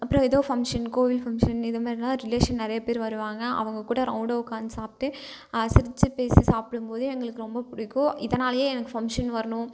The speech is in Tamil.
அப்புறம் எதோ ஃபங்ஷன் கோவில் ஃபங்ஷன் இதமாதிரில்லாம் ரிலேஷன் நிறையப்பேர் வருவாங்க அவங்க கூட ரௌண்டாக உட்காந்து சாப்பிட்டு சிரிச்சு பேசி சாப்பிடும் போது எங்களுக்கு ரொம்ப பிடிக்கும் இதனாலயே எனக்கு ஃபங்ஷன் வரணும்